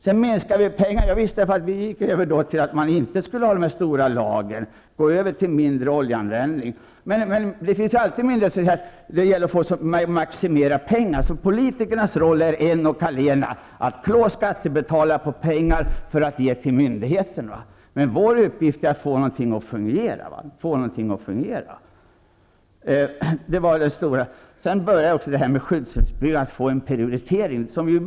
Vidare minskade vi pengarna genom att vi gick över till ett system som innebar att vi inte skulle ha så stora lager och att vi skulle gå över till mindre oljeanvändning. Men det finns alltid myndigheter som säger att det gäller att få så mycket pengar som möjligt. Politikernas roll är enligt dem en och allena, nämligen att klå skattebetalarna på pengar att ge till myndigheterna. Men vår uppgift är ju att få saker och ting att fungera. Nu börjar också skyddsrumsbehovet att prioriteras.